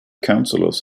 councillors